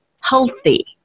healthy